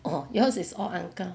orh yours is all uncle